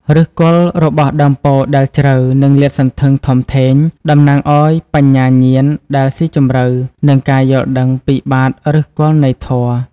ឫសគល់របស់ដើមពោធិ៍ដែលជ្រៅ និងលាតសន្ធឹងធំធេង តំណាងឱ្យ បញ្ញាញាណដែលស៊ីជម្រៅ និងការយល់ដឹងពីបាតឫសគល់នៃធម៌។